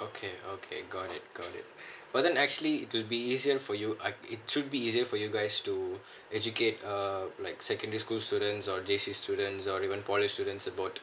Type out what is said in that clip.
okay okay got it got it but then actually to be easier for you I th~ it should be easier for you guys to educate err like secondary school students or J_C students or even poly students about